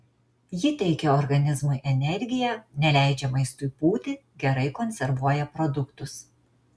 ji teikia organizmui energiją neleidžia maistui pūti gerai konservuoja produktus